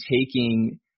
taking